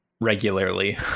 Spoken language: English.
Regularly